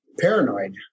paranoid